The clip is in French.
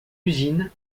usine